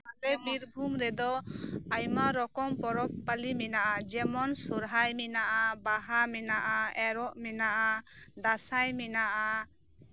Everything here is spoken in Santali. ᱟᱞᱮ ᱵᱤᱨᱵᱷᱩᱢ ᱨᱮᱫᱚ ᱟᱭᱢᱟ ᱨᱚᱠᱚᱢ ᱯᱚᱨᱚᱵᱽ ᱯᱟᱞᱤ ᱢᱮᱱᱟᱜᱼᱟ ᱡᱮᱢᱚᱱ ᱥᱚᱨᱦᱟᱭ ᱢᱮᱱᱟᱜᱼᱟ ᱵᱟᱦᱟ ᱢᱮᱱᱟᱜᱼᱟ ᱮᱨᱚᱜ ᱢᱮᱱᱟᱜᱼᱟ ᱫᱟᱸᱥᱟᱭ ᱢᱮᱱᱟᱜᱼᱟ